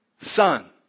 son